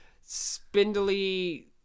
spindly